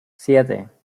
siete